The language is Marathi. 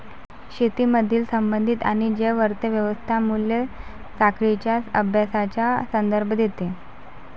शेतीमधील संबंधित आणि जैव अर्थ व्यवस्था मूल्य साखळींच्या अभ्यासाचा संदर्भ देते